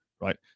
Right